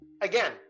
Again